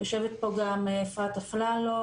יושבת פה גם אפרת אפללו.